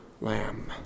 Lamb